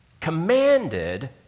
commanded